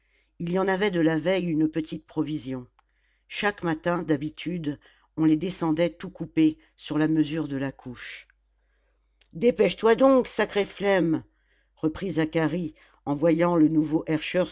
il y en avait de la veille une petite provision chaque matin d'habitude on les descendait tout coupés sur la mesure de la couche dépêche-toi donc sacrée flemme reprit zacharie en voyant le nouveau